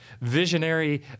visionary